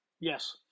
yes